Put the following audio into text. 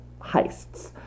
heists